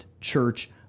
church